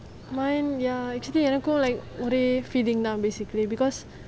mine ya actually எனக்கும்:enakum like ஒரே:orae feeling தான்:thaan basically because